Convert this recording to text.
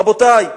רבותי,